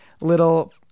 little